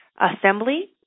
Assembly